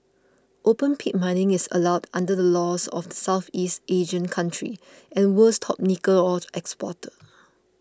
open pit mining is allowed under the laws of the Southeast Asian country and world's top nickel ore exporter